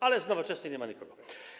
Ale z Nowoczesnej nie ma nikogo.